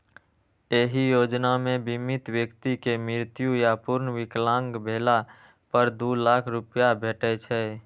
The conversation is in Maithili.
एहि योजना मे बीमित व्यक्ति के मृत्यु या पूर्ण विकलांग भेला पर दू लाख रुपैया भेटै छै